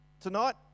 tonight